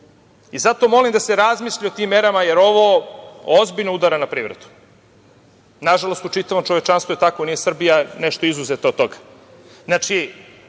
Zato molim da se razmisli o tim merama jer ovo ozbiljno udara na privredu. Nažalost u čitavom čovečanstvu je tako, nije Srbija nešto izuzeta od